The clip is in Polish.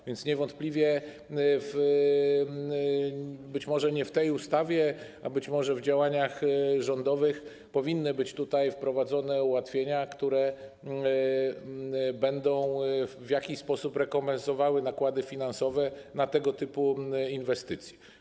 A więc niewątpliwie, być może nie w tej ustawie, być może w działaniach rządowych, powinny być wprowadzone ułatwienia, które będą w jakiś sposób rekompensowały nakłady finansowe na tego typu inwestycje.